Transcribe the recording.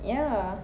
ya